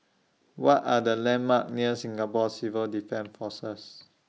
What Are The landmarks near Singapore Civil Defence Force